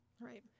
right